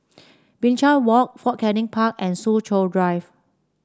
Binchang Walk Fort Canning Park and Soo Chow Drive